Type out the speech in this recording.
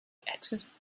exercises